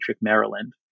Maryland